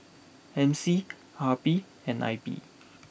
M C R P and I P